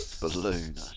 balloon